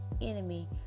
enemy